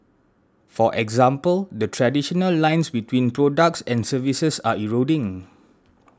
for example the traditional lines between products and services are eroding